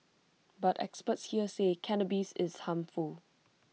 but experts here say cannabis is harmful